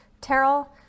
terrell